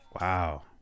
Wow